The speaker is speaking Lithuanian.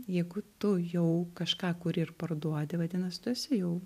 jeigu tu jau kažką kuri ir parduodi vadinas tu esi jau